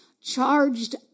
charged